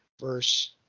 verse